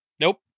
Nope